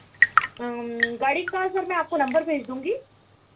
गाड़ी का सर मैं आपको नंबर भेज दूँगी